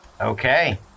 Okay